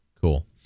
Cool